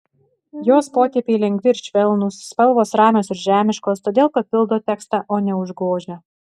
jos potėpiai lengvi ir švelnūs spalvos ramios ir žemiškos todėl papildo tekstą o ne užgožia